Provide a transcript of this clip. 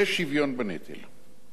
זה שוויון בנטל.